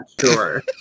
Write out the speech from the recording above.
sure